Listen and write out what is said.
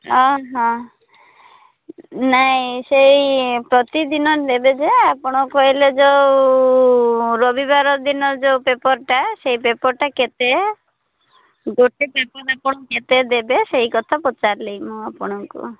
ଓ ହଃ ନାଇ ସେଇ ପ୍ରତିଦିନ ଦେବେ ଯେ ଆପଣ କହିଲେ ଯେଉଁ ରବିବାର ଦିନ ଯେଉଁ ପେପର୍ଟା ସେ ପେପର୍ଟା କେତେ ଗୋଟେ ପେପର୍ ଆପଣ କେତେ ଦେବେ ସେଇ କଥା ପଚାରିଲି ମୁଁ ଆପଣଙ୍କୁ